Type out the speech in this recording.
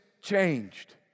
changed